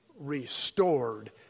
restored